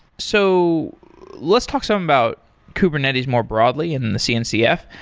so let's talk some about kubernetes more broadly and the cncf.